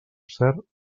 cert